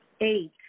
eight